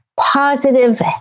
positive